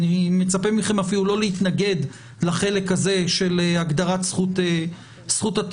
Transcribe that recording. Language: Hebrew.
אני מצפה מכם אפילו לא להתנגד לחלק הזה של הגדרת זכות הטיעון.